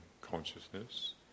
consciousness